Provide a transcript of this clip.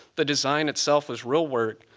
the design itself was real work.